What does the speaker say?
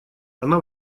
она